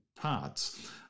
parts